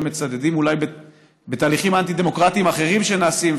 מצדדים אולי בתהליכים אנטי-דמוקרטיים אחרים שנעשים,